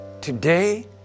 today